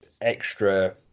extra